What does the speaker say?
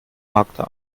hakte